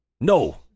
no